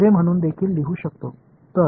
என்று வைத்துக்கொள்வேன் மாணவர்